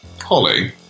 holly